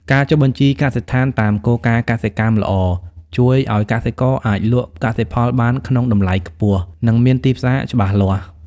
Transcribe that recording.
ការចុះបញ្ជីកសិដ្ឋានតាមគោលការណ៍កសិកម្មល្អ ជួយឱ្យកសិករអាចលក់កសិផលបានក្នុងតម្លៃខ្ពស់ និងមានទីផ្សារច្បាស់លាស់។